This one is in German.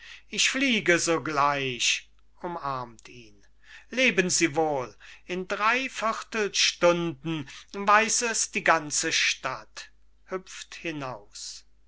ich fliege sogleich umarmt ihn leben sie wohl in drei viertelstunden weiß es die ganze stadt hüpft hinaus